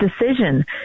decision